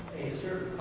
a certain